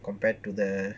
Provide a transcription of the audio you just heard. compared to the